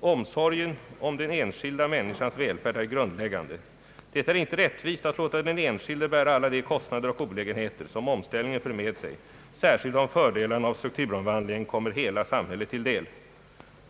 »Omsorgen om den enskilda människans välfärd är grundläggande. Det är inte rättvist att låta den enskilde bära alla de kostnader och olägenheter som omställningen för med sig särskilt som fördelarna av strukturomvandlingen kommer hela samhället till del.